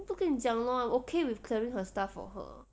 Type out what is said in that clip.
我不跟你讲了 lor I'm okay with clearing her stuff for her